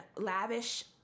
lavish